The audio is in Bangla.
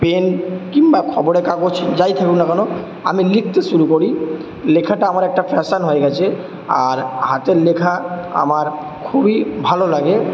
পেন কিংবা খবরের কাগজ যাই থাকুক না কেন আমি লিখতে শুরু করি লেখাটা আমার একটা ফ্যাশান হয়ে গেছে আর হাতের লেখা আমার খুবই ভালো লাগে